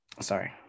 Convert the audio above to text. sorry